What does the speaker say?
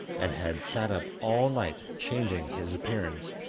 and had sat up all night changing his appearance,